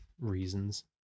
reasons